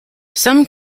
some